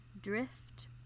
drift